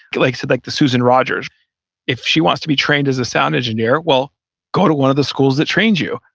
like so like susan rogers if she wants to be trained as a sound engineer, well go to one of the schools that trained you,